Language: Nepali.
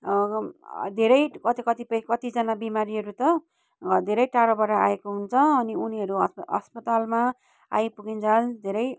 धेरै कति कतिपय कतिजना बिमारीहरू त धेरै टाढोबाट आएको हुन्छ अनि उनीहरू अस्पतालमा आइपुगुन्जेल धेरै